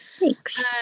Thanks